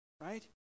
right